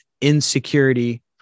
insecurity